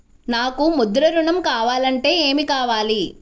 నాకు ముద్ర ఋణం కావాలంటే ఏమి కావాలి?